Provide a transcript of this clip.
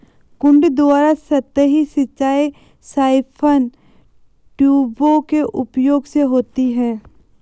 कुंड द्वारा सतही सिंचाई साइफन ट्यूबों के उपयोग से होता है